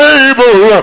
able